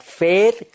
faith